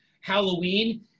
Halloween